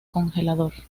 congelador